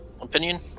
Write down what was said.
opinion